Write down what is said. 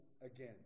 again